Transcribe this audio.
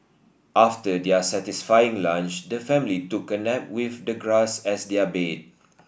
after their satisfying lunch the family took a nap with the grass as their bed